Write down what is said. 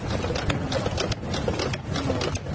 হুম ধন্যবাদ